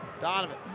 Donovan